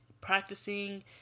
practicing